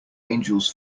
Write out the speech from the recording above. angels